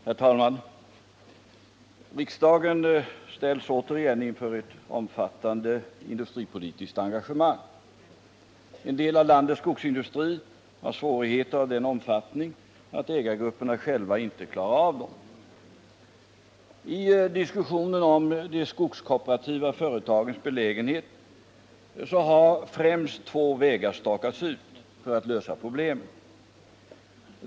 Herr talman! Riksdagen ställs åter inför ett omfattande industripolitiskt engagemang. En del av landets skogsindustri har svårigheter av den omfattningen att ägargrupperna själva inte klarar av dem. I diskussionen om de skogskooperativa företagens belägenhet har främst två vägar stakats ut för att lösa problemen.